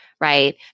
right